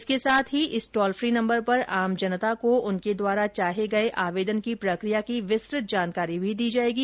इसके साथ ही इस टोल फ्री नम्बर पर आम जनता को उनके द्वारा चाहे गए आवेदन की प्रक्रिया की विस्तृत जानकारी भी दी जाएगी